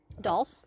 Dolph